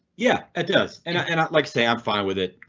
yeah it does and i and like say i'm fine with it.